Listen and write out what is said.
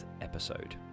episode